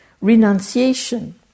renunciation